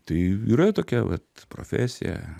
tai yra tokia vat profesija